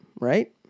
right